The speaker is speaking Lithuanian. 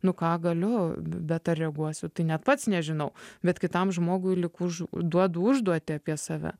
nu ką galiu bet ar reaguosiu tai net pats nežinau bet kitam žmogui lyg už duodu užduotį apie save